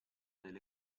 delle